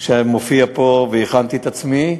שמופיע פה, והכנתי את עצמי,